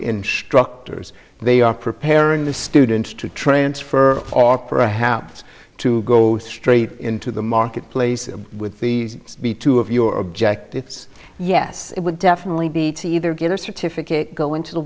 doctors they are preparing the students to transfer or perhaps to go straight into the marketplace with the b two of your objectives yes it would definitely be to either get a certificate go into the